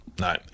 No